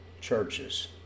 churches